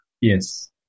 Yes